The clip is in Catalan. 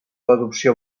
adopció